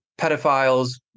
pedophiles